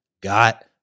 got